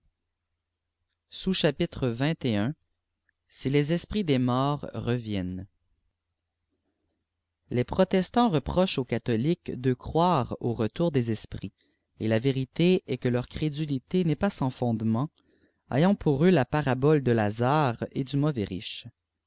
si ui espritê des morte rmmnent les protestants reprochent aux catholiques de croire au retour des esprits et la vérité est que leur crédulité n'est pas sans fondement ayant pour eux la parabole de lazare et du mauvais riche